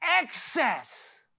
excess